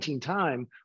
time